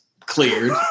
cleared